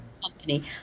company